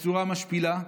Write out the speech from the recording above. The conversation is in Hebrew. בצורה משפילה,